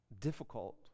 difficult